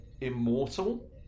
immortal